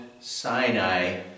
Sinai